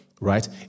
Right